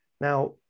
Now